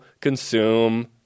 consume